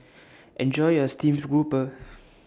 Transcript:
Enjoy your Steamed Grouper